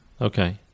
Okay